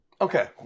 Okay